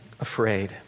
afraid